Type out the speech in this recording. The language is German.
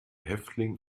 häftling